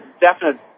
definite